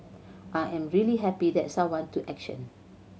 I am really happy that someone took action